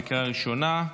בקריאה ראשונה.